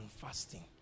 fasting